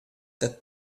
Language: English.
that